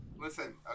Listen